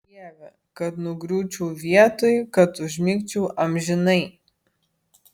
dieve kad nugriūčiau vietoj kad užmigčiau amžinai